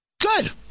good